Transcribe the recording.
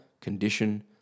condition